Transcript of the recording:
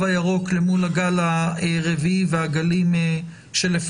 הירוק אל מול הגל הרביעי והגלים שלפניו?